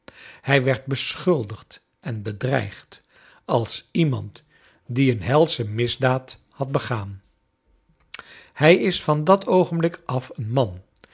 hij werd beschuldigd en bedreigd als iemand die een helsche misdaad had begaan hij is van dat oogenblik af een man